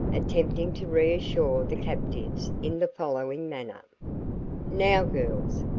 attempting to reassure the captives in the following manner now, girls,